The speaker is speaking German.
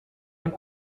und